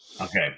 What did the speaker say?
Okay